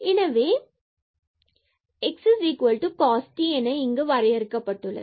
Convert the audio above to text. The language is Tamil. எனவே இதுவே x cos t என இங்கு வரையறுக்கப்பட்டுள்ளது